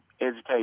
educate